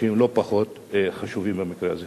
שהם לא פחות חשובים במקרה הזה.